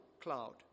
cloud